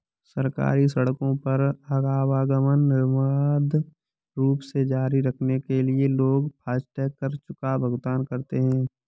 सरकारी सड़कों पर आवागमन निर्बाध रूप से जारी रखने के लिए लोग फास्टैग कर का भुगतान करते हैं